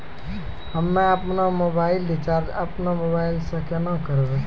हम्मे आपनौ mobile recharge आपनौ मोबाइल से केना करवै?